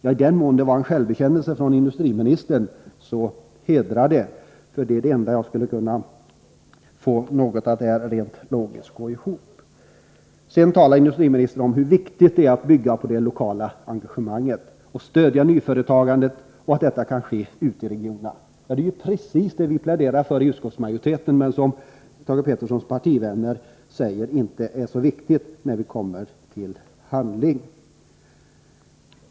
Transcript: I den mån det var en självbekännelse av industriministern så hedrar det honom — för det är det enda jag skulle kunna få att rent logiskt gå ihop. Industriministern talar sedan om hur viktigt det är att bygga på det lokala engagemanget, att stödja nyföretagandet, och att detta kan ske ute i regionerna. Ja, det är ju precis det som vi i utskottsmajoriteten pläderar för men som Thage Petersons partivänner inte anser vara så viktigt när vi kommer till handling.